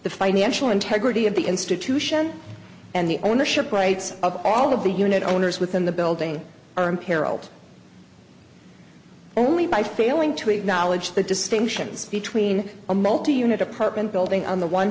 the financial integrity of the institution and the ownership rights of all of the unit owners within the building or imperiled only by failing to acknowledge the distinctions between a multi unit apartment building on the one